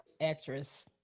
actress